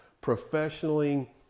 professionally